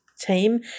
team